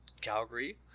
Calgary